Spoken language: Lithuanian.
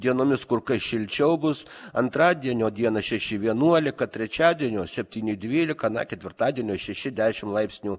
dienomis kur kas šilčiau bus antradienio dieną šeši vienuolika trečiadienio septyni dvylika na ketvirtadienio šeši dešim laipsnių